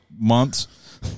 months